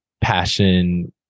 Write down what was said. passion